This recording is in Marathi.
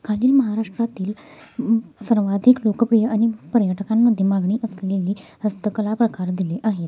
खालील महाराष्ट्रातील सर्वाधिक लोकप्रिय आणि पर्यटकांमध्ये मागणी असलेली हस्तकला प्रकार दिले आहेत